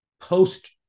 post